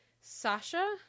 Sasha